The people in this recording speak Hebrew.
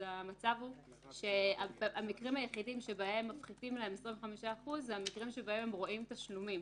המקרים היחידים שבהם מפחיתים להם 25% זה המקרים שבהם הם רואים תשלומים